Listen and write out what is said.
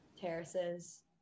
Terraces